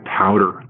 powder